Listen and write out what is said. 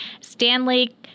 Stanley